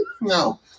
no